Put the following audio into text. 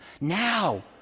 Now